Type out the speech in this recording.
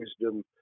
wisdom